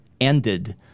ended